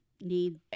need